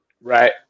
right